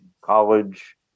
college